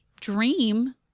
dream